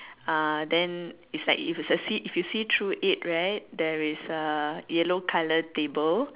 uh then is like if you succeed if you see through it right there is a yellow colour table